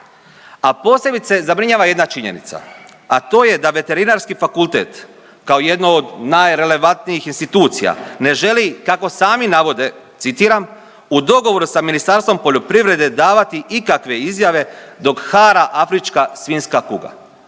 A posebice zabrinjava jedna činjenica, a to je da Veterinarski fakultet kao jedno od najrelevantnijih institucija ne želi kako sami navode citiram „u dogovoru sa Ministarstvo poljoprivrede davati ikakve izjave dok hara afrička svinjska kuga“,